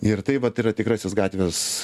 ir tai vat yra tikrasis gatvės